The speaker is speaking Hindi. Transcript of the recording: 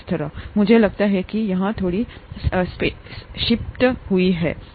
मुझे लगता है कि यहां थोड़ी शिफ्ट हुई है